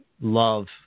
love